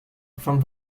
from